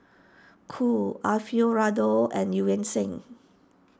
Cool Alfio Raldo and Eu Yan Sang